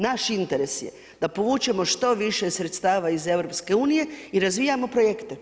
Naš interes je da povučemo što više sredstava iz EU i razvijamo projekte.